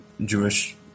Jewish